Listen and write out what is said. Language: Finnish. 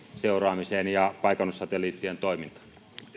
seuraamiseen ja paikannussatelliittien toimintaan